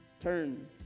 Turn